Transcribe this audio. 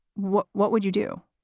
what what would you do?